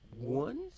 one